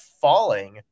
falling